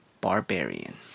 barbarian